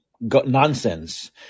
nonsense